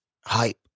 hype